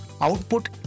output